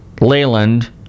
Leyland